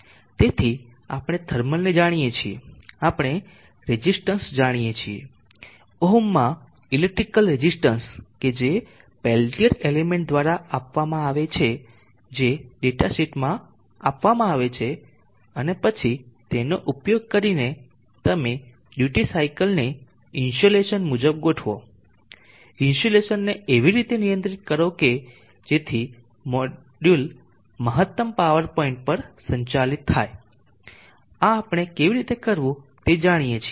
તેથી આપણે થર્મલને જાણીએ છીએ આપણે રેઝિસ્ટન્સ જાણીએ છીએ ઓહ્મ્માં ઇલેક્ટ્રિકલ રેઝિસ્ટન્સ કે જે પેલ્ટીઅર એલિમેન્ટ દ્વારા આપવામાં આવે છે જે ડેટાશીટમાં આપવામાં આવે છે અને પછી તેનો ઉપયોગ કરીને તમે ડ્યુટી સાયકલ ને ઇન્સોલેસન મુજબ ગોઠવો ડ્યુટી સાયકલ ને એવી રીતે નિયંત્રિત કરો કે જેથી PV મોડ્યુલ મહત્તમ પાવર પોઇન્ટ પર સંચાલિત થાય છે આ આપણે કેવી રીતે કરવું તે જાણીએ છીએ